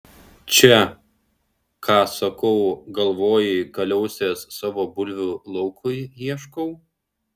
čia ką sakau galvojai kaliausės savo bulvių laukui ieškau